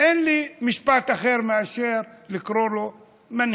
איך אני יכול לקרוא לו?